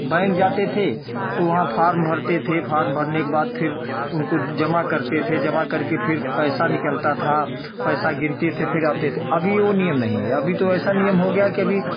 bank जाते थे तो वहाँ फॉर्म भरते थे फॉर्म भरने के बाद फिर उनको जमा करते थे जमा करके फिर पैसा निकलता था पैसा गिनते थे फिर आते थे अभी वो नियम नहीं है अभी तो ऐसा नियम हो गया कि अभी